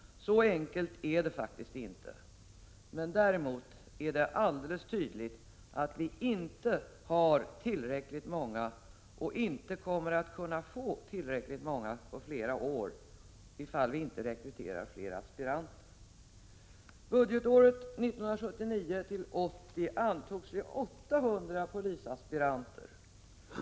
Så enkelt är det faktiskt inte. Men däremot är det alldeles tydligt att vi inte har tillräckligt många och inte kommer att kunna få tillräckligt många på flera år ifall vi inte rekryterar fler aspiranter. Budgetåret 1979/80 antogs 800 polisaspiranter.